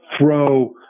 throw